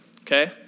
okay